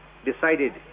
decided